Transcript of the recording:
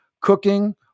cooking